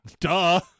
Duh